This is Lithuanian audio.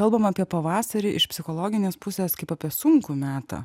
kalbam apie pavasarį iš psichologinės pusės kaip apie sunkų metą